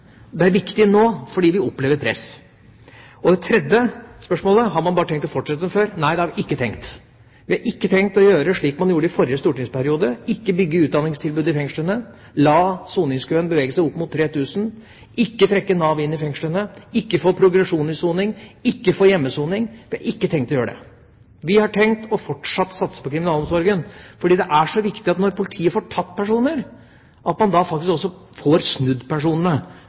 Det er viktig nå, fordi vi opplever press. Og det tredje spørsmålet: Har man bare tenkt å fortsette som før? Nei, det har vi ikke tenkt. Vi har ikke tenkt å gjøre som man gjorde i forrige stortingsperiode – ikke bygge utdanningstilbud i fengslene, la soningskøen bevege seg opp mot 3 000, ikke trekke Nav inn i fengslene, ikke få progresjon i soning, ikke få hjemmesoning. Dette har vi ikke tenkt å gjøre. Vi har fortsatt tenkt å satse på kriminalomsorgen, for det er så viktig når politiet får tatt personer, at man da faktisk også får snudd personene,